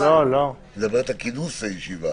היא מדברת על כינוס ישיבה.